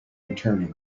returning